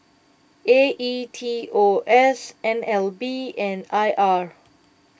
A E T O S N L B and I R